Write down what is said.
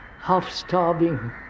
half-starving